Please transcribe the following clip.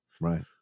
Right